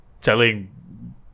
Telling